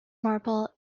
marple